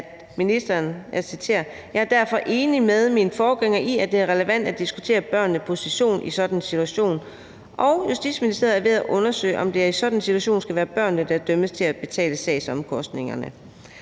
tidligere er givet: »Jeg er derfor enig med min forgænger i, at det er relevant at diskutere børnenes position i en sådan situation, og Justitsministeriet er ved at undersøge, om det i en sådan situation skal være børnene, der dømmes til at betale sagsomkostningerne.«